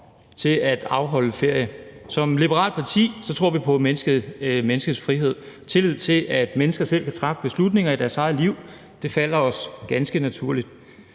til at afholde ferie. Som liberalt parti tror vi på menneskets frihed og har tillid til, at mennesker selv kan træffe beslutninger i deres eget liv. Det falder os ganske naturligt.